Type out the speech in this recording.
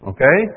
Okay